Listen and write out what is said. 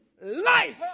life